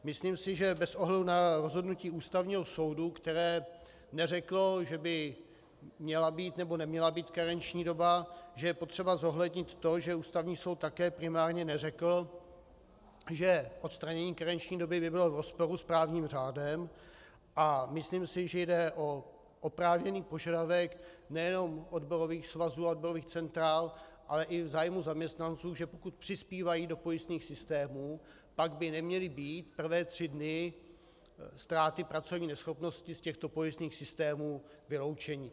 Myslím si, že bez ohledu na rozhodnutí Ústavního soudu, které neřeklo, že by měla být nebo neměla být karenční doba, že je potřeba zohlednit to, že Ústavní soud také primárně neřekl, že odstranění karenční doby by bylo v rozporu s právním řádem, a myslím si, že jde o oprávněný požadavek nejenom odborových svazů a odborových centrál, ale i v zájmu zaměstnanců, že pokud přispívají do pojistných systémů, tak by neměli být prvé tři dny ztráty pracovní neschopnosti z těchto pojistných systémů vyloučeni.